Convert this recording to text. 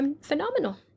phenomenal